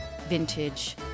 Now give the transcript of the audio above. vintage